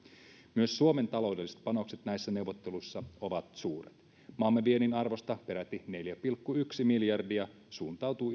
myös suomen taloudelliset panokset näissä neuvotteluissa ovat suuret maamme viennin arvosta peräti neljä pilkku yksi miljardia suuntautuu